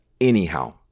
anyhow